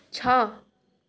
छ